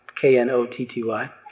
K-N-O-T-T-Y